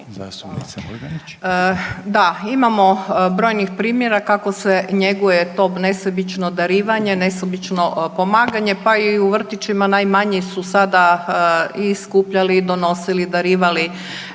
Da, imamo brojnih primjera kako se njeguje to nesebično darivanje, nesebično pomaganje pa i u vrtićima najmanji su sada i skupljali i donosili i darivali,